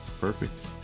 perfect